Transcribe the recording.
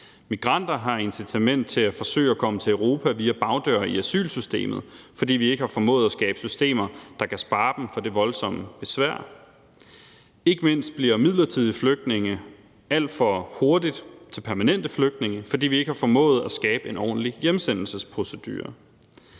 migranter har incitament til at forsøge at komme til Europa via bagdøre i asylsystemet, fordi vi ikke har formået at skabe systemer, der kan spare dem for det voldsomme besvær – og ikke mindst bliver midlertidige flygtninge alt for hurtigt til permanente flygtninge, fordi vi ikke har formået at skabe en ordentlig hjemsendelsesprocedure.